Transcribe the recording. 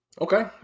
Okay